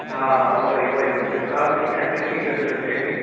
हा हा उहा ई उहा ई खपे ताज़ी ऐं मिठी गजर चए थी